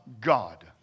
God